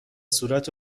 صورت